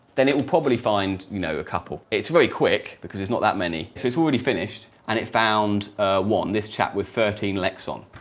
then it would probably find, you know, a couple. it's very quick, because it's not that many, so it's already finished and it found one this chat with thirteen lexon.